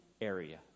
area